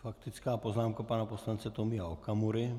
Faktická poznámka pana poslance Tomia Okamury.